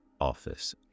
office